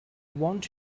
want